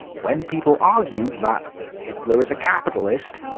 when people argue that hitler is a capitalist,